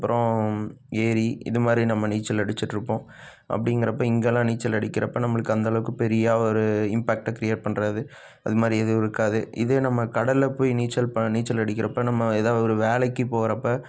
அதுக்கப்புறம் ஏரி இது மாதிரி நம்ம நீச்சல் அடிச்சுட்ருப்போம் அப்படிங்கிறப்ப இங்கெல்லாம் நீச்சல் அடிக்கிறப்போ நம்மளுக்கு அந்தளவுக்கு பெரிய ஒரு இம்பேக்டை கிரியேட் பண்ணுறது அது மாதிரி எதுவும் இருக்காது இதே நம்ம கடலில் போய் நீச்சல் ப நீச்சல் அடிக்கிறப்போ நம்ம எதாவது ஒரு வேலைக்குப் போகிறப்ப